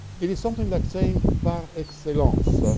it is something like saying par excellence,